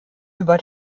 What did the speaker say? über